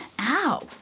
ow